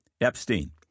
Epstein